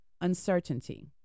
uncertainty